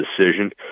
decision